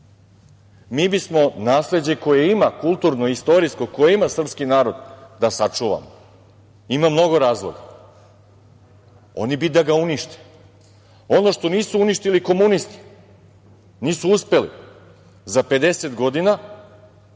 Mi bismo nasleđe koje ima kulturno-istorijsko koje ima srpski narod da sačuvamo. Ima mnogo razloga. Oni bi da ga unište. Ono što nisu uništili komunisti, nisu uspeli za 50 godina,